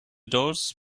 doors